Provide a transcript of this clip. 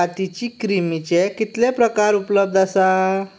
कातीची क्रिमीचे कितले प्रकार उपलब्द आसा